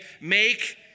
make